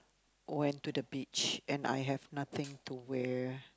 went to the beach and I have nothing to wear